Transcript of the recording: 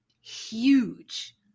huge